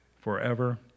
forever